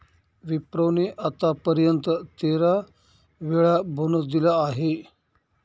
विप्रो ने आत्तापर्यंत तेरा वेळा बोनस दिला आहे